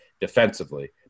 defensively